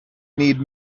need